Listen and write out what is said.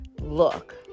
look